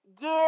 give